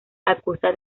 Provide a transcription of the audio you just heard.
acusa